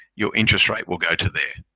your interest rate will go to there.